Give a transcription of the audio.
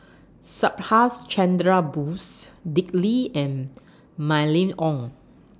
Subhas Chandra Bose Dick Lee and Mylene Ong